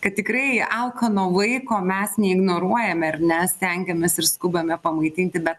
kad tikrai alkano vaiko mes neignoruojame ar ne stengiamės ir skubame pamaitinti bet